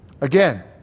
Again